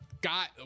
got